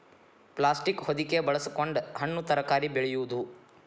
plastic ಹೊದಿಕೆ ಬಳಸಕೊಂಡ ಹಣ್ಣು ತರಕಾರಿ ಬೆಳೆಯುದು